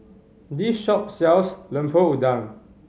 this shop sells Lemper Udang